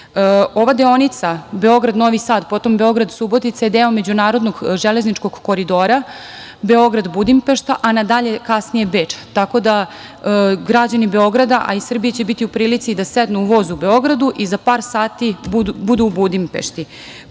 deonica Beograd-Novi Sad, potom Beograd-Subotica je deo međunarodnog železničkog koridora Beograd-Budimpešta, a na dalje kasnije Beč, tako da, građani Beograda, a i Srbije, će biti u prilici da sednu u voz u Beogradu i za par sati budu u Budimpešti. Koliko